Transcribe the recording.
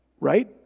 Right